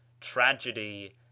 Tragedy